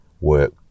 work